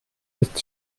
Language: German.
ist